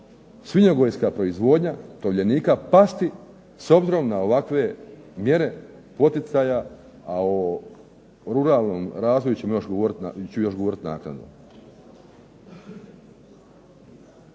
svinjogojska proizvodnja tovljenika pasti s obzirom na ovakve mjere poticaja, a o ruralnom razvoju ću još govoriti naknadno.